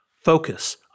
focus